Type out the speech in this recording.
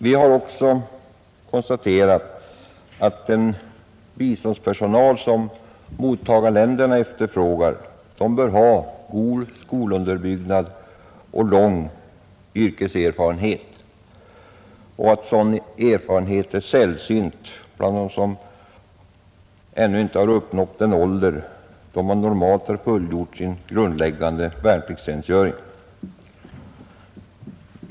Vi har också konstaterat att den biståndspersonal som mottagarländerna efterfrågar bör ha god skolunderbyggnad och lång yrkeserfarenhet, och sådan erfarenhet är sällsynt bland dem som ännu inte uppnått den ålder då man normalt har fullgjort sin grundläggande värnpliktstjänstgöring.